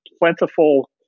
plentiful